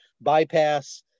bypass